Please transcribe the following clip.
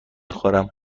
خورم